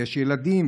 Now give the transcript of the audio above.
ויש ילדים,